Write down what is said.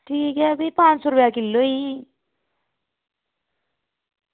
ठीक ऐ भी पंज रपेआ किलो ई